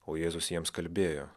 o jėzus jiems kalbėjo